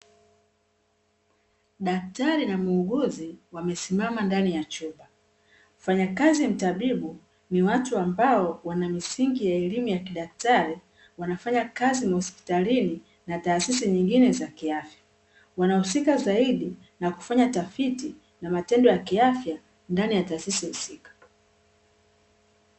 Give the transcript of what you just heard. Daktari na muuguzi wamesimama ndani ya chumba, mfanyakazi mtabibu ni watu ambao wanamisingi ya elimu ya kidaktari wanafanya kazi ma hospitailini na taasisi nyingine za kiafya wanahusika zaidi na kufanya tafiti za matendo ya kiafya ndani ya taasisi husika.